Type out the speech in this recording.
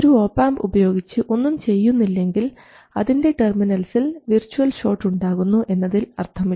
ഒരു ഒപാംപ് ഉപയോഗിച്ച് ഒന്നും ചെയ്യുന്നില്ലെങ്കിൽ അതിൻറെ ടെർമിനൽസിൽ വിർച്ച്വൽ ഷോർട്ട് ഉണ്ടാകുന്നു എന്നതിൽ അർത്ഥമില്ല